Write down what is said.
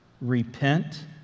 repent